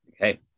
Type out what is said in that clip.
Okay